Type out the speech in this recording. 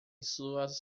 suas